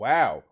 Wow